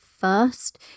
first